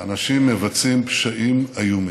שאנשים מבצעים פשעים איומים,